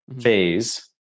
phase